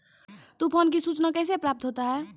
तुफान की सुचना कैसे प्राप्त होता हैं?